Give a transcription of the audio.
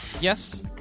Yes